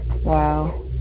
Wow